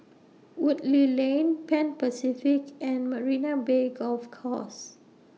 Woodleigh Lane Pan Pacific and Marina Bay Golf Course